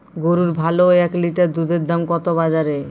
গরুর ভালো এক লিটার দুধের দাম কত বাজারে?